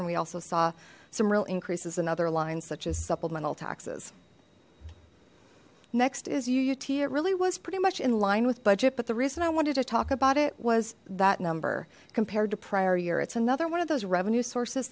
and we also saw some real increases in other lines such as supplemental taxes next is uut it really was pretty much in line with budget but the reason i wanted to talk about it was that number compared to prior year it's another one of those revenue sources